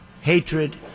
hatred